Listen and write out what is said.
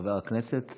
חבר הכנסת